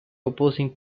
opposing